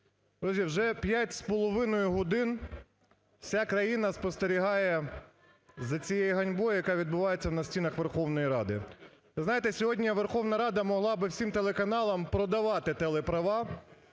з половиною годин вся країна спостерігає за цією ганьбою, яка відбувається у стінах Верховної Ради. Ви знаєте, сьогодні Верховна Рада могла би всім телеканалам продавати телеправа